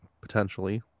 potentially